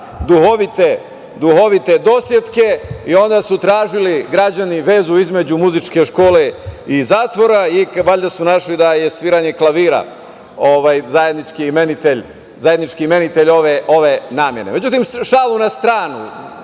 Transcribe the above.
duhovite dosetke i onda su tražili građani vezu između muzičke škole i zatvora i valjda su našli da je sviranje klavira zajednički imenitelj ove namene.Međutim, šalu na stranu.